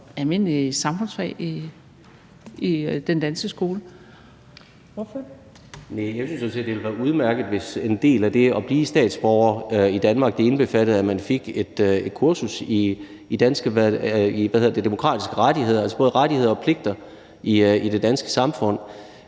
Kl. 18:01 Peder Hvelplund (EL): Næh, jeg synes sådan set, det ville være udmærket, hvis en del af det at blive statsborger i Danmark indbefattede, at man fik et kursus i demokratiske rettigheder, altså både rettigheder og pligter i det danske samfund.